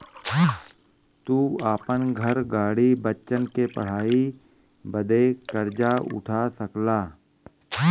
तू आपन घर, गाड़ी, बच्चन के पढ़ाई बदे कर्जा उठा सकला